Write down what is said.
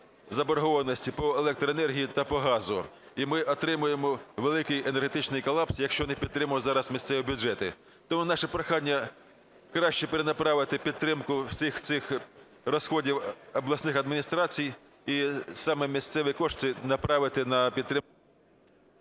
заборгованості по електроенергії та по газу, і ми отримаємо великий енергетичний колапс, якщо не підтримаємо зараз місцеві бюджети. Тому наше прохання краще перенаправити підтримку всіх цих розходів обласних адміністрацій і саме місцеві кошти направити на підтримку...